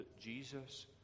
Jesus